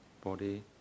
body